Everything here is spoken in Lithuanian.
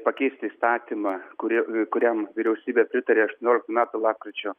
pakeisti įstatymą kuri kuriam vyriausybė pritarė aštuonioliktų metų lapkričio